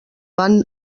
van